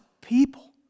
people